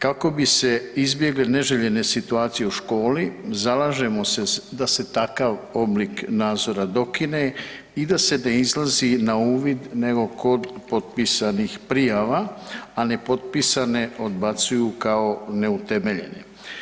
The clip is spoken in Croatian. Kako bi se izbjegle neželjene situacije u školi zalažemo se da se takav oblik nazora dokine i da se ne izlazi na uvid nego kod potpisanih prijava, a nepotpisane odbacuju kao neutemeljene.